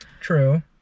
True